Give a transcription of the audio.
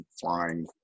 flying